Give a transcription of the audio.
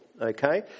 okay